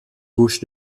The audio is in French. gauche